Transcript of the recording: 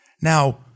now